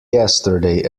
yesterday